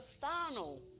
final